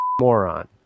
moron